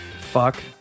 Fuck